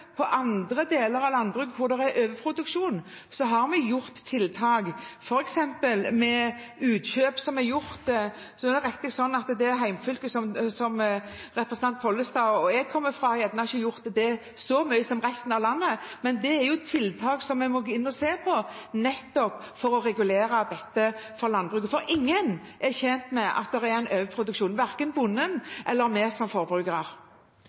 vi gjort tiltak, f.eks. med utkjøp. Så er det riktig at det fylket som representanten Pollestad og jeg kommer fra, ikke har gjort det så mye som resten av landet, men det er et tiltak som vi må gå inn og se på, nettopp for å regulere dette for landbruket. For ingen er tjent med at det er overproduksjon, verken bonden eller vi som forbrukere.